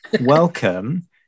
Welcome